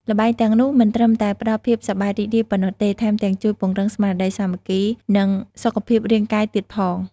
ល្បែងទាំងនោះមិនត្រឹមតែផ្តល់ភាពសប្បាយរីករាយប៉ុណ្ណោះទេ ថែមទាំងជួយពង្រឹងស្មារតីសាមគ្គី និងសុខភាពរាងកាយទៀតផង ។